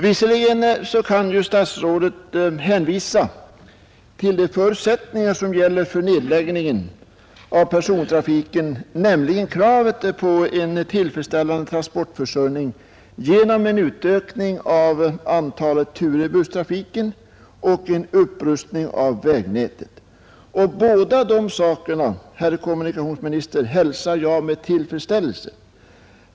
Visserligen kan kommunikationsministern hänvisa till de förutsättningar som gäller för nedläggning av persontrafiken, nämligen kravet på en tillfredsställande trafikförsörjning genom en utökning av antalet turer i busstrafiken och en upprustning av vägnätet. Båda dessa förutsättningar, herr kommunikationsminister, hälsar jag med tillfredsställelse.